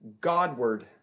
Godward